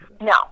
no